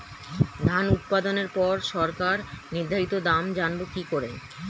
ধান উৎপাদনে পর সরকার নির্ধারিত দাম জানবো কি করে?